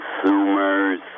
consumer's